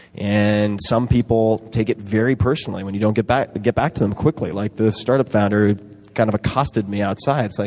and some people take it very personally when you don't get back get back to them quickly, like the startup founder who kind of accosted me outside. like